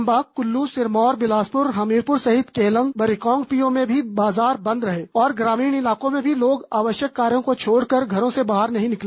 चम्बा कुल्लू सिरमौर बिलासपुर हमीरपुर सहित केलंग व रिकांगपिओ में भी बाजार बंद रहे और ग्रामीण इलाकों में भी लोग आवश्यक कार्य को छोड़ कर घरों से बाहर नहीं निकले